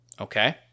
Okay